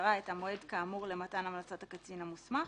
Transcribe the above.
את המועד כאמור למתן המלצת הקצין המוסמך,